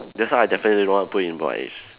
that's why I definitely don't want to put in my age